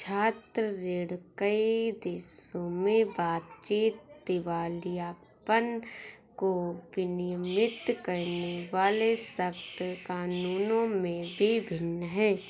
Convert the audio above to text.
छात्र ऋण, कई देशों में बातचीत, दिवालियापन को विनियमित करने वाले सख्त कानूनों में भी भिन्न है